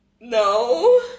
No